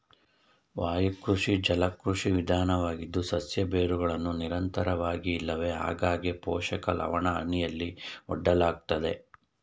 ವಾಯುಕೃಷಿ ಜಲಕೃಷಿ ವಿಧಾನವಾಗಿದ್ದು ಸಸ್ಯ ಬೇರುಗಳನ್ನು ನಿರಂತರವಾಗಿ ಇಲ್ಲವೆ ಆಗಾಗ್ಗೆ ಪೋಷಕ ಲವಣಹನಿಯಲ್ಲಿ ಒಡ್ಡಲಾಗ್ತದೆ